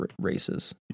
races